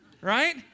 Right